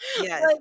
Yes